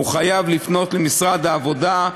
הוא חייב לפנות למשרד העבודה,